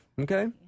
Okay